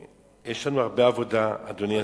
ויש לנו הרבה עבודה, אדוני השר,